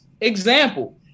example